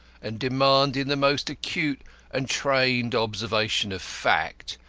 and demanding the most acute and trained observation of facts,